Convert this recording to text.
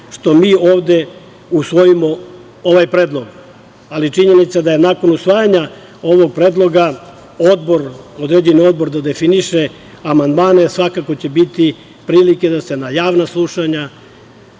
što mi ovde usvojimo ovaj predlog, ali činjenica da je nakon usvajanja ovog predloga odbor, određeni odbor da definiše amandmane svakako će biti prilike da se na javna slušanja